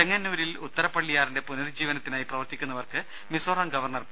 ചെങ്ങന്നൂരിൽ ഉത്തരപള്ളിയാറിന്റെ പുനരുജ്ജീവനത്തിനായി പ്രവർത്തിക്കുന്നവർക്ക് മിസോറാം ഗവർണർ പി